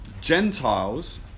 Gentiles